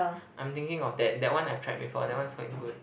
I'm thinking of that that one I've tried before that one is quite good